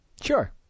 Sure